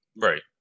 right